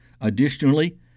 Additionally